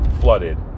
flooded